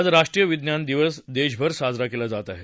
आज राष्ट्रीय विज्ञान दिवस देशभर साजरा केला जात आहे